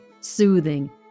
soothing